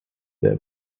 their